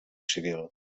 civil